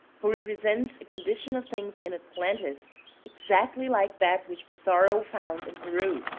who represents condition of things in atlantis exactly like that which pizarro found in peru.